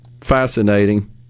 fascinating